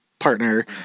partner